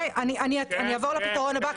אני אעבור לפתרון הבא.